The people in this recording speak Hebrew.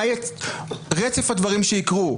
מה יהיה רצף הדברים שיקרו.